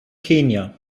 kenia